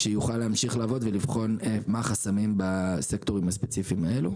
שיוכל להמשיך לעבוד ולבחון מהם החסמים בסקטורים הספציפיים האלה.